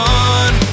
one